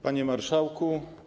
Panie Marszałku!